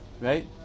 right